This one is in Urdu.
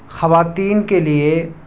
خواتین کے لیے